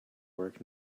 work